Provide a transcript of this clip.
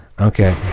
Okay